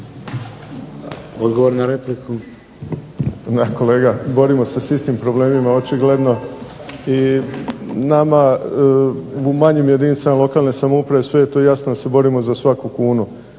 Davor (HDZ)** Da, kolega borimo se s istim problemima očigledno. I nama u manjim jedinicama lokalne samouprave sve je to jasno jer se borimo za svaku kunu.